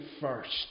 first